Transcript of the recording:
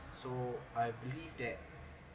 so I believed that